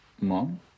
Mom